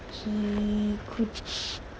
he could